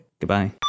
goodbye